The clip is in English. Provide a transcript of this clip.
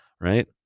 right